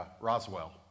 Roswell